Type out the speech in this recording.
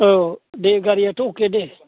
औ दे गारिआथ' अके दे